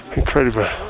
incredible